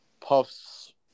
Puff's